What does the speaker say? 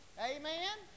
Amen